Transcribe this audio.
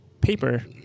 paper